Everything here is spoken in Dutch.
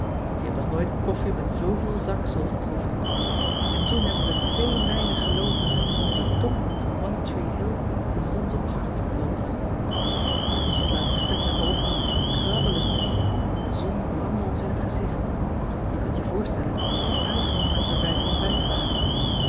e hebt nog nooit koffie met zooveel zaksel geproefd n toen hebben we twee mijlen geloopen om op den top van ne ree ill den zonsopgang te bewonderen e had ons dat laatste stuk naar boven moet ten zien krabelen e zon branndde ons in het gezicht e kunt je voorstellen hoe uitgehongerd we bij het ontbijt waren